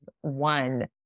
one